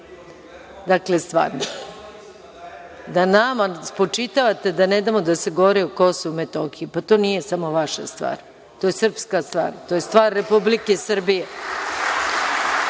dakle, stvarno. Da nama spočitavate da ne damo da se govori o Kosovu i Metohiji. Pa to nije samo vaša stvar. To je srpska stvar. To je stvar Republike Srbije.